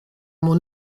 mon